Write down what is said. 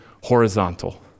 horizontal